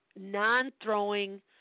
non-throwing